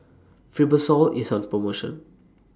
Fibrosol IS on promotion